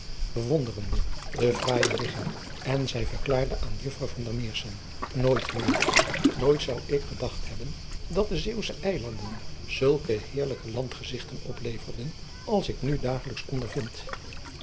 bewonderende de fraaije ligging en zij verklaarde aan uffrouw ooit ejuffrouw nooit zou ik gedacht hebben dat de eeuwsche ilanden zulke heerlijke landgezigten opleverden als ik nu dagelijks ondervind